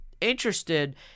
interested